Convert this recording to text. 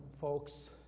folks